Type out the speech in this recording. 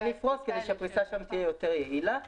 יפרוס כדי שהפריסה שם תהיה יעילה יותר.